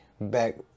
back